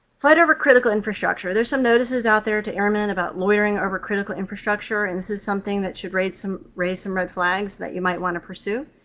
flight over critical infrastructure. there's some notices out there to airmen about loitering over critical infrastructure, and this is something that should raise some raise some red flags that you might want to pursue.